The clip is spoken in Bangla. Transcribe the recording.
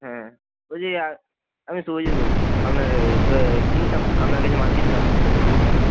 হ্যাঁ ওই যে আমি শুভজিৎ বলছি আপনার কিনতাম আপনার কাছে মাল কিনতাম এই